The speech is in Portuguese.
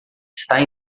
está